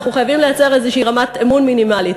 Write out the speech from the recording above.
ואנחנו חייבים לייצר איזושהי רמת אמון מינימלית.